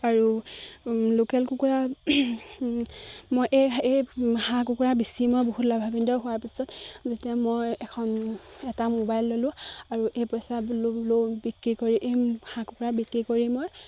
আৰু লোকেল কুকুৰা মই এই হাঁহ কুকুৰা বেচি মই বহুত লাভাম্বিত হোৱাৰ পিছত যেতিয়া মই এখন এটা মোবাইল ল'লোঁ আৰু এই পইচা বিক্ৰী কৰি এই হাঁহ কুকুৰা বিক্ৰী কৰি মই